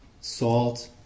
salt